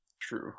True